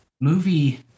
movie